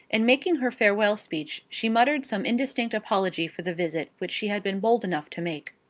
in making her farewell speech, she muttered some indistinct apology for the visit which she had been bold enough to make.